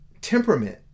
temperament